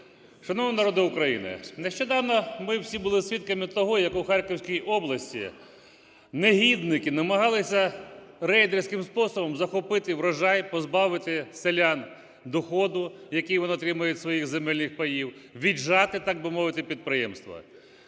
шановний народе України! Нещодавно ми всі були свідками того, як у Харківській області негідники намагалися рейдерським способом захопити врожай, позбавити селян доходу, який вони отримують від своїх земельних паїв, віджати, так би мовити, підприємства.